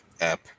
app